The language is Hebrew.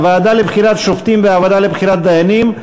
הוועדה לבחירת שופטים והוועדה לבחירת דיינים,